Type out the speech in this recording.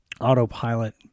autopilot